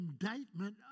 indictment